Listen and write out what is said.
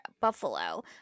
Buffalo